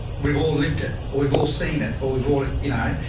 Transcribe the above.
we've all lived it, we've all seen it all. we've all it, you know,